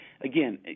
again